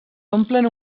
omplen